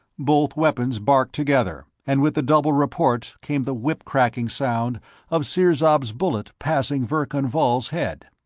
both weapons barked together, and with the double report came the whip-cracking sound of sirzob's bullet passing verkan vall's head.